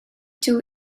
two